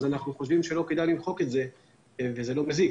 אנחנו חושבים שלא כדאי למחוק את זה וזה לא מזיק.